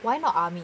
why not army